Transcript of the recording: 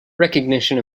recognition